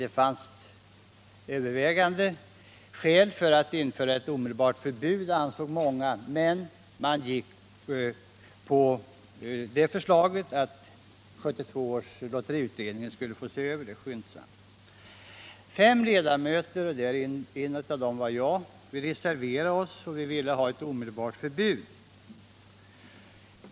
Det fanns övervägande skäl för att införa ett omedelbart förbud, ansåg många, men man stannade för förslaget att 1972 års lotteriutredning skulle få se över frågan skyndsamt. Fem ledamöter — en av dem var jag — reserverade sig och ville ha ett omedelbart förbud.